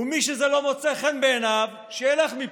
ומי שזה לא מוצא חן בעיניו, שילך מפה.